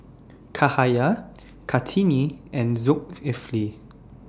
Cahaya Kartini and Zulkifli